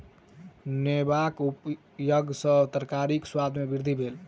नेबोक उपयग सॅ तरकारीक स्वाद में वृद्धि भेल